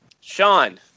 Sean